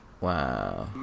Wow